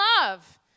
love